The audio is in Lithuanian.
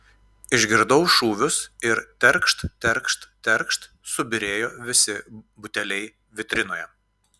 išgirdau šūvius ir terkšt terkšt terkšt subyrėjo visi buteliai vitrinoje